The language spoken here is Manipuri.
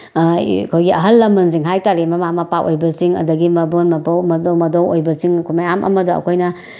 ꯑꯩꯈꯣꯏꯒꯤ ꯑꯍꯜ ꯂꯃꯟꯁꯤꯡ ꯍꯥꯏꯇꯥꯔꯦ ꯃꯃꯥ ꯃꯄꯥ ꯑꯣꯏꯕꯁꯤꯡ ꯑꯗꯒꯤ ꯃꯗꯣꯟ ꯃꯕꯣꯛ ꯃꯙꯧ ꯃꯙꯧꯑꯣꯏꯕꯁꯤꯡ ꯃꯌꯥꯝ ꯑꯃꯗ ꯑꯩꯑꯣꯏꯅ